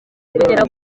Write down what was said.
kugera